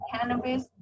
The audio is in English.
Cannabis